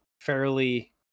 fairly